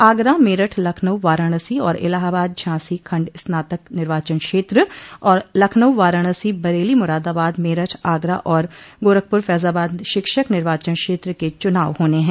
आगरा मेरठ लखनऊ वाराणसी और इलाहाबाद झांसी खंड स्नातक निर्वाचन क्षेत्र और लखनऊ वाराणसी बरेली मुरादाबाद मेरठ आगरा और गोखपुर फैजाबाद शिक्षक निर्वाचन क्षेत्र के चुनाव होने हैं